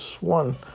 one